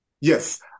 Yes